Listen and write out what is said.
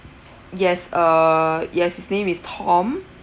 yes uh yes his name is tom